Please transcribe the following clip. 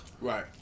Right